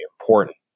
important